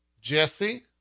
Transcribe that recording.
jesse